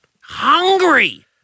hungry